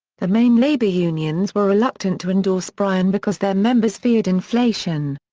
the main labor unions were reluctant to endorse bryan because their members feared inflation.